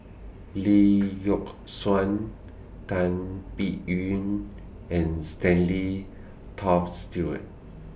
Lee Yock Suan Tan Biyun and Stanley Toft Stewart